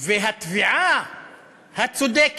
והתביעה הצודקת,